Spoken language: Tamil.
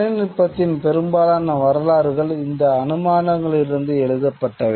தொழில்நுட்பத்தின் பெரும்பாலான வரலாறுகள் இந்த அனுமானங்களிலிருந்து எழுதப்பட்டவை